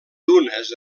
dunes